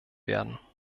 werden